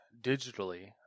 digitally